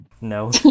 No